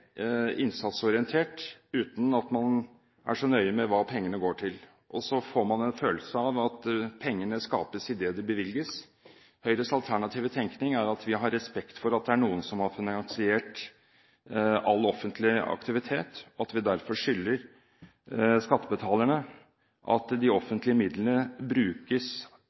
innsatsorientert, uten at man er så nøye med hva pengene går til. Så får man en følelse av at pengene skapes i det de bevilges. Høyres alternative tenkning er at vi har respekt for at det er noen som har finansiert all offentlig aktivitet, og at vi derfor skylder skattebetalerne at de offentlige midlene brukes